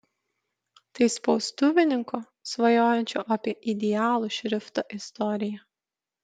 tai spaustuvininko svajojančio apie idealų šriftą istorija